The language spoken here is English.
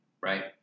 right